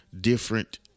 different